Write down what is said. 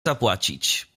zapłacić